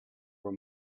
were